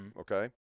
okay